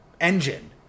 engine